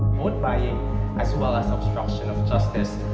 vote buying as well as obstruction of justice.